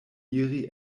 iri